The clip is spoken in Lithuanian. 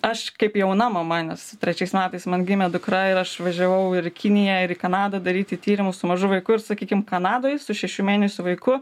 aš kaip jauna mama nes trečiais metais man gimė dukra ir aš važiavau ir į kiniją ir į kanadą daryti tyrimus su mažu vaiku ir sakykim kanadoj su šešių mėnesių vaiku